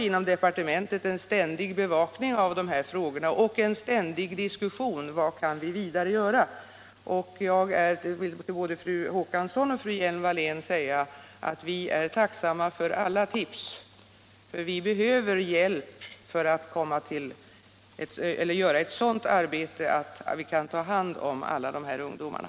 Inom departementet pågår ständigt bevakning av dessa frågor 181 och en ständig diskussion om vad vi vidare kan göra. Jag vill till både fru Håkansson och fru Hjelm-Wallén säga att vi är tacksamma för alla tips — vi behöver hjälp för att göra ett sådant arbete att vi kan ta hand om alla de här ungdomarna.